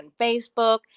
Facebook